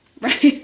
right